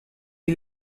est